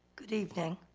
good evening,